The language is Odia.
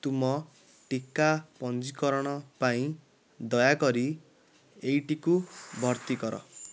ତୁମ ଟିକା ପଞ୍ଜୀକରଣ ପାଇଁ ଦୟାକରି ଏଇଟିକୁ ଭର୍ତ୍ତି କର